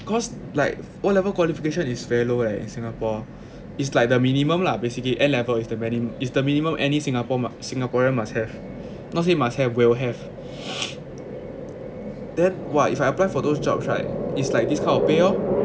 cause like O level qualification is very low eh in singapore it's like the minimum lah basically N level is the many is the minimum any singapore singaporean must have not say must have will have then !wah! if I apply for those jobs right it's like this kind of pay lor